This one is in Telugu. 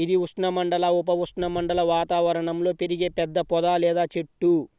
ఇది ఉష్ణమండల, ఉప ఉష్ణమండల వాతావరణంలో పెరిగే పెద్ద పొద లేదా చెట్టు